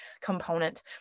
component